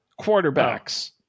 quarterbacks